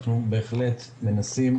אנחנו בהחלט מנסים,